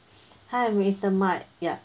hi mister mike ya